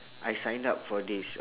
I signed up for this